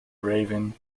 raven